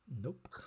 Nope